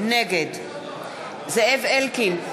נגד זאב אלקין,